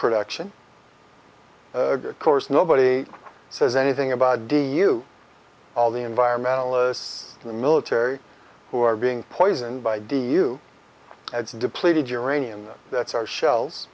production of course nobody says anything about d u all the environmentalists in the military who are being poisoned by d u s depleted uranium that that's our shells